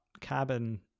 cabin